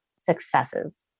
successes